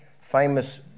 famous